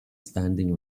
standing